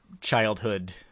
childhood